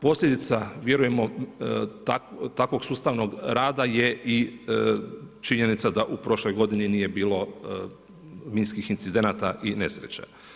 Posljedica vjerujemo takvog sustavnog rada je činjenica da u prošloj godini nije bilo minskih incidenata i nesreća.